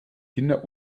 kinder